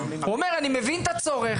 הוא אומר 'אני מבין את הצורך,